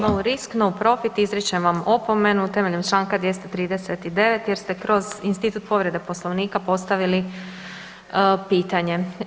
No risk, no profit izričem vam opomenu temeljem čl. 239.jer ste kroz institut povrede Poslovnika postavili pitanje.